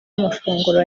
amafunguro